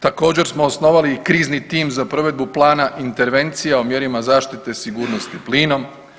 Također smo osnovali i krizni tim za provedbu plana intervencija o mjerama zaštite sigurnosti plinom.